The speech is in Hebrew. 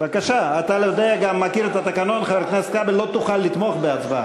אני מודה לך על זה שהסכמת לשוב.